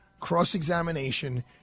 cross-examination